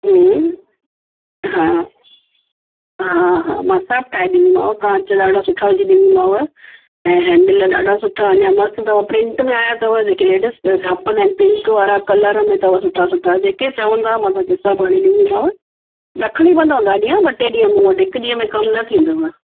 हूं हा हा हा मां सभु ठाहे ॾींदीमाव कांच ॾाढा सुठा विझी ॾींदीमाव ऐं हैंडिल ॾाढा सुठा अञा मस्तु अथव प्रिंट में आया अथव जेके लेडीस छापंदा आहिनि पिंक वारा कलर में अथव सुठा सुठा जेके बि चवंदा मां तव्हांखे सभु हणी ॾींदीसाव रखिणी पवंदव हां गाॾी ॿ टे ॾींहं मूं वटि हिकु ॾींहं में कमु न थींदव